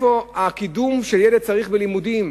מה עם הקידום שילד צריך בלימודים,